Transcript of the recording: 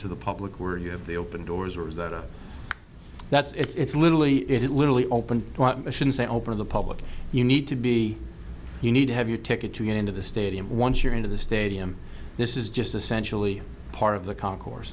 to the public were you have the open doors or is that a that's it's literally it literally open i shouldn't say over the public you need to be you need to have your ticket to get into the stadium once you're into the stadium this is just essentially part of the concourse